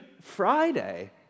Friday